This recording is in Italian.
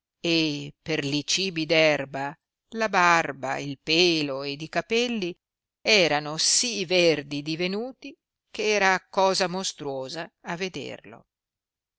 e per li cibi d erba la barba il pelo ed i capelli erano sì verdi divenuti che era cosa mostruosa a vederlo